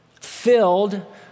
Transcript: filled